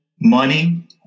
money